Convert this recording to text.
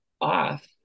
off